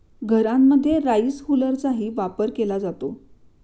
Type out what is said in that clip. घरांमध्ये राईस हुलरचाही वापर केला जातो